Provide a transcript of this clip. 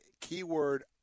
keyword